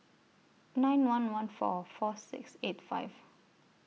nine one one four four six eight five